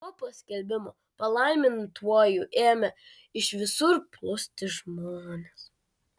po paskelbimo palaimintuoju ėmė iš visur plūsti žmonės